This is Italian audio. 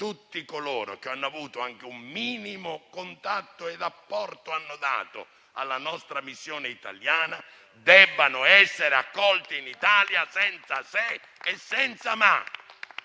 tutti coloro che hanno avuto anche un minimo contatto e che hanno dato un apporto alla nostra missione italiana devono essere accolti in Italia, senza se e senza ma.